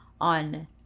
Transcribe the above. on